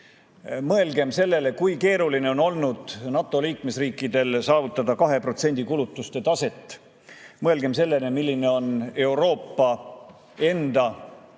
meid. Mõelgem sellele, kui keeruline on olnud NATO liikmesriikidel saavutada 2%‑list kulutuste taset. Mõelgem sellele, milline on Euroopa enda